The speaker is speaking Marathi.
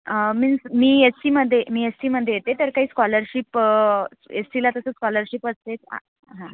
मीन्स मी एस सीमध्ये मी एस सीमध्ये येते तर काही स्कॉलरशिप एस सीला कसं स्कॉलरशिप असते हा